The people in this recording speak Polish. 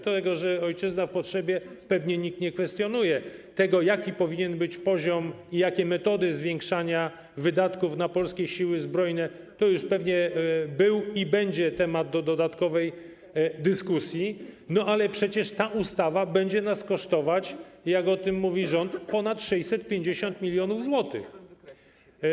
Tego, że ojczyzna w potrzebie, pewnie nikt nie kwestionuje, to, jaki powinien być poziom i jakie metody zwiększania wydatków na polskie Siły Zbrojne, to już był i pewnie będzie temat do dodatkowej dyskusji, no ale przecież ta ustawa będzie nas kosztować, jak mówi rząd, ponad 650 mln zł.